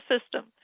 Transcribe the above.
system